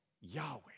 Yahweh